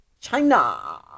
China